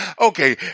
Okay